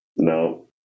No